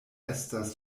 estas